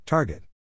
Target